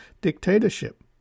dictatorship